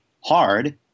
hard